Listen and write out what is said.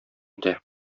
үтә